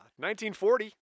1940